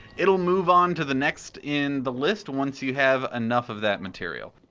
it'll move on to the next in the list once you have enough of that material.